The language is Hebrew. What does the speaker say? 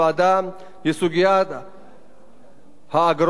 האגרות שגובה הרשות במהלך פעילותה.